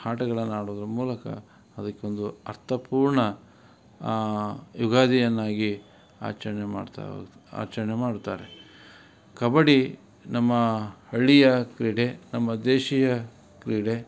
ಆಟಗಳನ್ನು ಆಡುವುದರ ಮೂಲಕ ಅದಕ್ಕೊಂದು ಅರ್ಥಪೂರ್ಣ ಯುಗಾದಿಯನ್ನಾಗಿ ಆಚರಣೆ ಮಾಡ್ತಾ ಹೌದು ಆಚರಣೆ ಮಾಡ್ತಾರೆ ಕಬಡ್ಡಿ ನಮ್ಮ ಹಳ್ಳಿಯ ಕ್ರೀಡೆ ನಮ್ಮ ದೇಶೀಯ ಕ್ರೀಡೆ